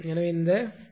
எனவே 𝐼 ′ 𝑟 𝑗𝑥𝑙 குறையும்